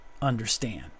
understand